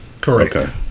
Correct